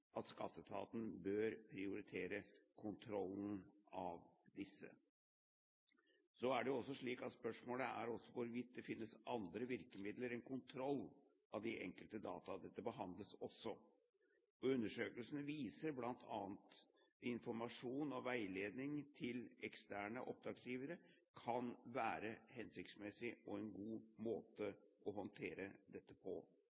at skatteetaten bør prioritere kontrollen av disse. Spørsmålet er også hvorvidt det finnes andre virkemidler enn kontroll av de enkelte data. Dette behandles også. Undersøkelsen viser bl.a. at informasjon og veiledning til eksterne oppgavegivere kan være hensiktsmessig og en god måte å håndtere dette på.